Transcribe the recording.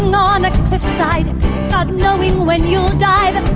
on a cliffside not knowing when you'll dive.